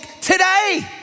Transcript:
today